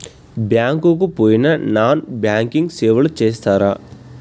Bank కి పోయిన non banking సేవలు చేస్తరా?